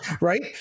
Right